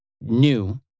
new